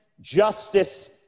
justice